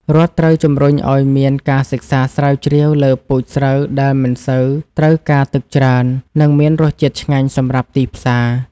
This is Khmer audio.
រដ្ឋត្រូវជំរុញឱ្យមានការសិក្សាស្រាវជ្រាវលើពូជស្រូវដែលមិនសូវត្រូវការទឹកច្រើន និងមានរសជាតិឆ្ងាញ់សម្រាប់ទីផ្សារ។